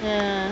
y